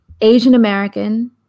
Asian-American